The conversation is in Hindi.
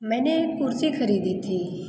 मैने कुर्सी ख़रीदी थी